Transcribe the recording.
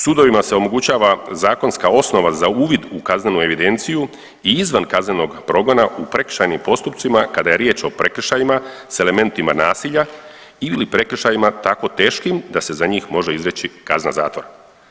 Sudovima se omogućava zakonska osnova za uvid u kaznenu evidenciju i izvan kaznenog progona u prekršajnim postupcima kada je riječ o prekršajima s elementima nasilja ili prekršajima tako teškim da se za njih može izreći kazna zatvora.